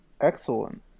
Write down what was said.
Excellent